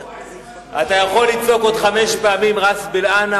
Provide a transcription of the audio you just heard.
אתה יכול לצעוק עוד חמש פעמים "ראס בין ענכ"